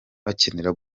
bakenera